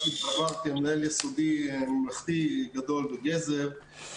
כמנהל יסודי ממלכתי גדול בגזר.